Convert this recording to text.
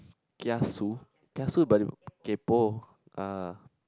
kiasu kiasu but kaypo ah